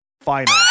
Final